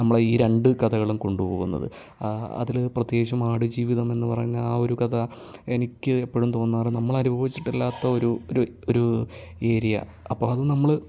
നമ്മളെ ഈ രണ്ടു കഥകളും കൊണ്ടുപോകുന്നത് ആ അതിൽ പ്രത്യേകിച്ചും ആട് ജീവിതം എന്ന് പറഞ്ഞ ആ ഒരു കഥ എനിക്ക് എപ്പോഴും തോന്നാറ് നമ്മൾ അനുഭവിച്ചിട്ടില്ലാത്ത ഒരു ഒരു ഏരിയ അപ്പോൾ അത് നമ്മൾ